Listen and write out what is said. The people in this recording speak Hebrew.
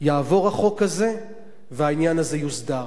החוק הזה יעבור והעניין הזה יוסדר.